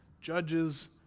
Judges